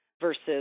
versus